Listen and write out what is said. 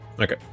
Okay